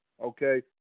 okay